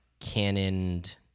canoned